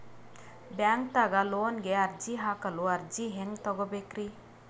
ಬ್ಯಾಂಕ್ದಾಗ ಲೋನ್ ಗೆ ಅರ್ಜಿ ಹಾಕಲು ಅರ್ಜಿ ಹೆಂಗ್ ತಗೊಬೇಕ್ರಿ?